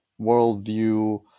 worldview